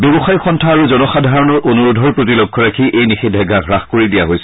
ব্যৱসায় সন্থা আৰু জনসাধাৰণৰ অনুৰোধৰ প্ৰতি লক্ষ্য ৰাখি এই নিষেধাজ্ঞা হ্যস কৰি দিয়া হৈছে